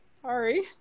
Sorry